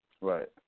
Right